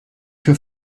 für